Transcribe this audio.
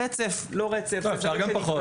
רצף, לא רצף --- אפשר גם פחות.